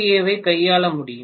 ஏவைக் கையாள முடியும்